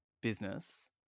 business